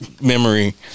memory